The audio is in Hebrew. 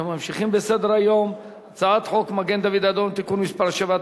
אנחנו ממשיכים בסדר-היום: הצעת חוק מגן-דוד-אדום (תיקון מס' 7),